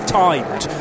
timed